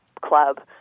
club